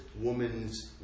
woman's